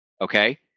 Okay